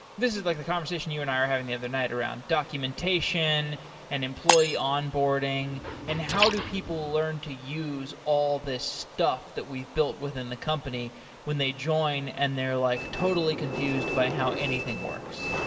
this is like the conversation you and i are having the other night around documentation and employee onboarding and how do people learn to use all these stuff that we've built within the company when they join and they're like totally confused by how anything works.